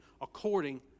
according